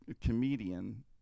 comedian